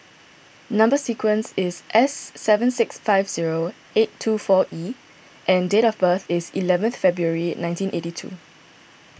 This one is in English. Number Sequence is S seven six five zero eight two four E and date of birth is eleventh February nineteen eighty two